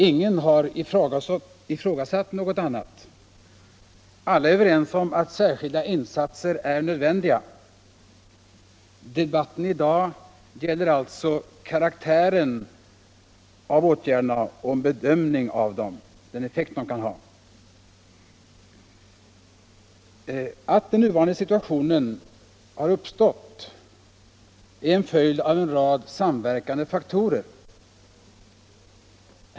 Ingen har ifrågasatt detta. Alla är överens om att insatser är nödvändiga. Debatten i dag gäller alltså karaktären av åtgärderna och en bedömning av den effekt de kan få. Att den nuvarande situationen har uppstått är följden av en rad samverkande faktorer.